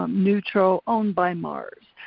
nutro, owned by mars.